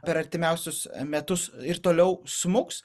per artimiausius metus ir toliau smuks